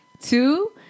Two